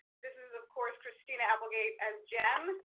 this is of course christina applegate as jen.